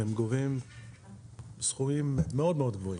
הן גובות סכומים מאוד מאוד גבוהים.